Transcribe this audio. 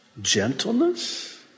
gentleness